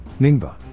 Ningba